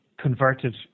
converted